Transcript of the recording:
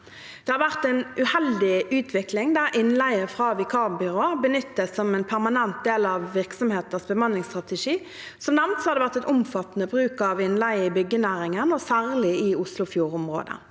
Det har vært en uheldig utvikling der innleie fra vikarbyråer benyttes som en permanent del av virksomheters bemanningsstrategi. Som nevnt har det vært en omfattende bruk av innleie i byggenæringen, og særlig i Oslofjord-området,